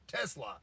Tesla